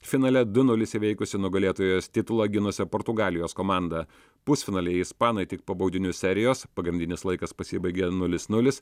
finale du nulis įveikusi nugalėtojos titulą ginusią portugalijos komandą pusfinalyje ispanai tik po baudinių serijos pagrindinis laikas pasibaigė nulis nulis